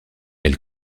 elle